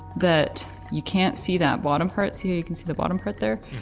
that you can't see that bottom part. see, you you can see the bottom part there.